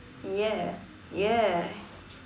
ya ya